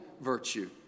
virtue